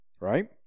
right